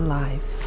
life